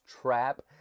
trap